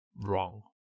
wrong